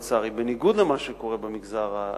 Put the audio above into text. לצערי בניגוד למה שקורה במגזר היהודי,